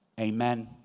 Amen